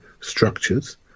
structures